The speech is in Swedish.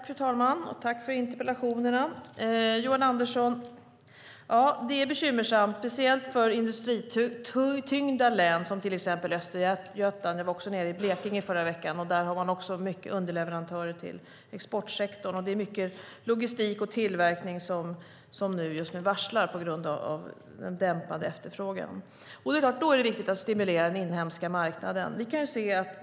Fru talman! Tack för interpellationerna! Det är bekymmersamt, Johan Andersson, speciellt för industrityngda län som till exempel Östergötland. Jag var nere i Blekinge i förra veckan, och där har man också många underleverantörer till exportsektorn. Det är många logistik och tillverkningsföretag som just nu varslar på grund av en dämpad efterfrågan. Då är det viktigt att stimulera den inhemska marknaden.